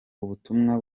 ubutumwa